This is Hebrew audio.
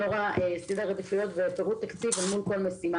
אני לא רואה סדר עדיפויות ופירוט תקציב אל מול כל משימה.